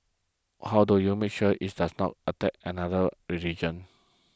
how do you make sure it does not attack another religion